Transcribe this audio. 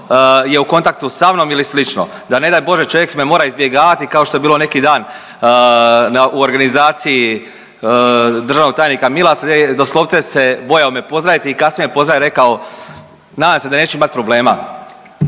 je u kontaktu sa mnom ili slično da ne daj Bože čovjek me mora izbjegavati kao što je bilo neki dan u organizaciji državnog tajnika Milasa gdje doslovce se bojao me pozdraviti i kasnije me pozdravio i rekao: „Nadam se da neću imati problema.“